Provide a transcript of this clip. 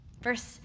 Verse